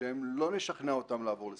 שלא נשכנע אותם לעבור לסמארטפון,